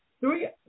Three